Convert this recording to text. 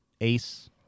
Ace